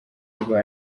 kuba